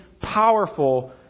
powerful